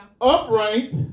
upright